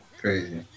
Crazy